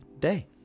day